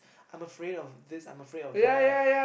I'm afraid of this I'm afraid of that